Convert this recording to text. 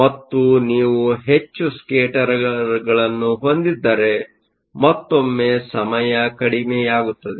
ಮತ್ತು ನೀವು ಹೆಚ್ಚು ಸ್ಕೇಟರರ್ಗಳನ್ನು ಹೊಂದಿದ್ದರೆ ಮತ್ತೊಮ್ಮೆ ಸಮಯ ಕಡಿಮೆಯಾಗುತ್ತದೆ